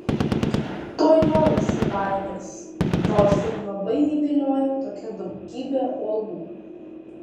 tuoj liovėsi valgęs nors ir labai jį viliojo tokia daugybė uogų